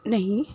نہیں